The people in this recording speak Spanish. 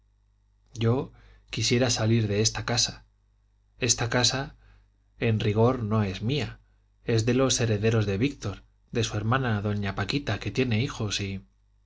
yo quisiera salir de esta casa esta casa en rigor no es mía es de los herederos de víctor de su hermana doña paquita que tiene hijos y